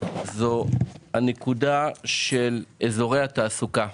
הנקודה של אזורי התעסוקה.